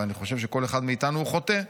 ואני חושב שכל אחד מאיתנו הוא חוטא,